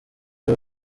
aba